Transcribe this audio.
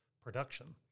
production